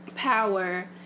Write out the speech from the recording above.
Power